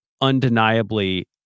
undeniably